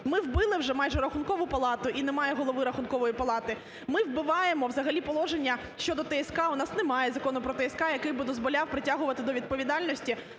Ми вбили вже майже Рахункову палату, і немає голови Рахункової палати, ми вбиваємо взагалі положення щодо ТСК, у нас немає закону про ТСК, який би дозволяв притягувати до відповідальності